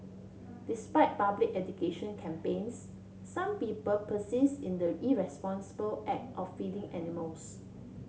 despite public education campaigns some people persist in the irresponsible act of feeding animals